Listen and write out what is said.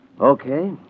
Okay